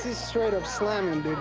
straight up slammin', dude.